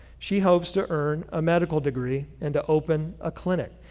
she hopes to earn a medical degree and to open a clinic,